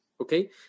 okay